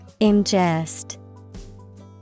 Ingest